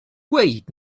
ddweud